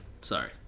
sorry